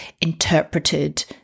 interpreted